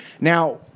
now